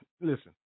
Listen